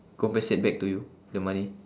compensate back to you the money